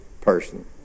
person